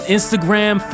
Instagram